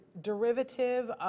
derivative